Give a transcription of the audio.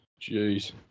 Jeez